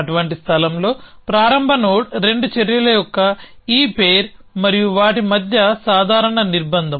అటువంటి స్థలంలో ప్రారంభ నోడ్ రెండు చర్యల యొక్క ఈ పెయిర్ మరియు వాటి మధ్య సాధారణ నిర్బంధం